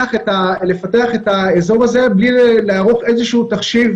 את האזור הזה בלי להראות איזשהו תחשיב